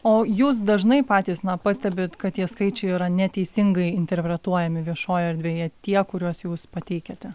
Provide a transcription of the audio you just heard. o jūs dažnai patys na pastebit kad tie skaičiai yra neteisingai interpretuojami viešojoj erdvėje tie kuriuos jūs pateikiate